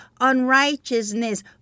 unrighteousness